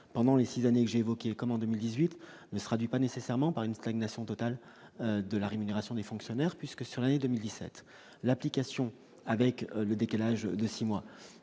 pendant les 6 années j'ai évoqué, comme en 2018 ne sera du pas nécessairement par une stagnation totale de la rémunération des fonctionnaires puisque sur l'année 2017 l'application avec le décalage de 6 mois,